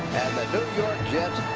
new york jets